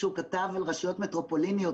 שהוא כתב על רשויות מטרופוליניות,